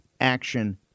action